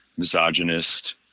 misogynist